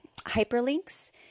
hyperlinks